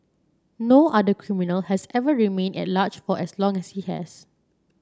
no other criminal has ever remained at large for as long as he has